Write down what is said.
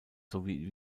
sowie